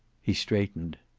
he straightened.